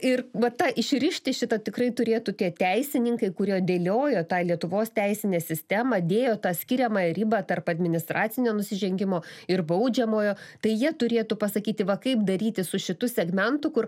ir va tą išrišti šitą tikrai turėtų tie teisininkai kurio dėliojo tai lietuvos teisinę sistemą dėjo tą skiriamąją ribą tarp administracinio nusižengimo ir baudžiamojo tai jie turėtų pasakyti va kaip daryti su šitu segmentu kur